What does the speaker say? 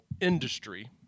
industry